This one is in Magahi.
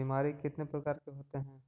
बीमारी कितने प्रकार के होते हैं?